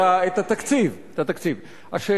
את התקציב, את התקציב.